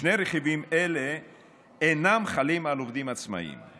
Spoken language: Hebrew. שני רכיבים אלה אינם חלים על עובדים עצמאים.